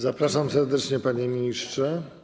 Zapraszam serdecznie, panie ministrze.